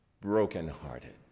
brokenhearted